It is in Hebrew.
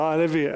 חבר הכנסת הלוי,